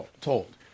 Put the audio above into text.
told